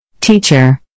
Teacher